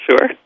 Sure